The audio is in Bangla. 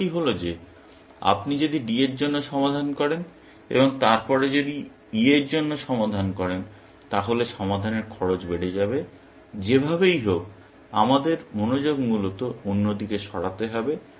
ধারণাটি হল যে আপনি যদি D এর জন্য সমাধান করেন এবং তারপরে আপনি যদি E এর জন্য সমাধান করেন তাহলে সমাধানের খরচ বেড়ে যাবে যেভাবেই হোক আমাদের মনোযোগ মূলত অন্য দিকে সরাতে হবে